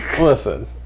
Listen